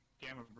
Gamma